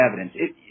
evidence